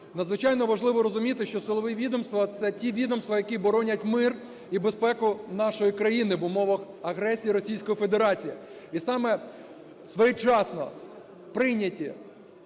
Надзвичайно важливо розуміти, що силові відомства – це ті відомства, які боронять мир і безпеку нашої країни в умовах агресії Російської Федерації. І саме своєчасно прийнятті